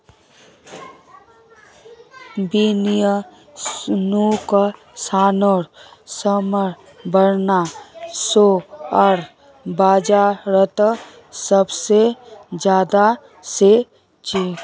वित्तीय नुकसानेर सम्भावना शेयर बाजारत सबसे ज्यादा ह छेक